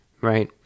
right